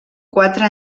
quatre